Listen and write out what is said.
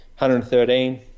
113